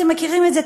אתם מכירים את זה,